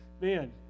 man